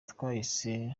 twahise